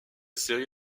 série